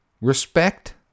Respect